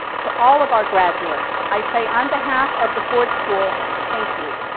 to all of our graduates, i say on behalf of the ford school, thank you,